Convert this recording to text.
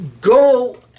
go